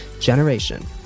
Generation